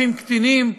אחים קטינים,